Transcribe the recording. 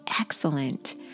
excellent